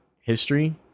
history